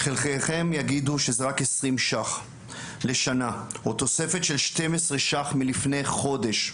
חלקכם יגידו שזה רק 20 ש"ח לשנה או רק תוספת של 12 ש"ח מלפני חודש,